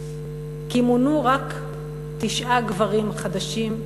כי מונו רק תשעה גברים חדשים,